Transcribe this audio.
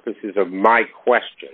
purposes of my question